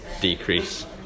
decrease